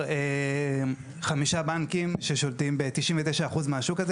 חמישה בנקים ששולטים ב-99% מהשוק הזה.